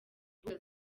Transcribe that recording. mbuga